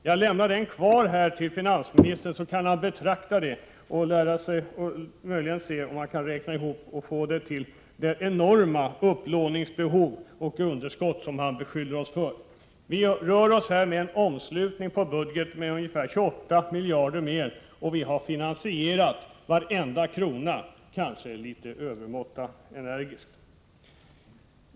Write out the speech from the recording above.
Jag lämnar ett exemplar av vår motion kvar här till finansministern, så att han kan betrakta den redogörelsen och möjligen se om han kan räkna ihop och få fram det enorma upplåningsbehov och underskott som han beskyller oss för. Vi rör oss med en omslutning på budgeten på ungefär 28 miljarder mer än regeringen. Vi har finansierat varenda krona, kanske litet i övermått energiskt.